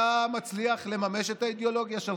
אתה מצליח לממש את האידיאולוגיה שלך.